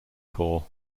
corps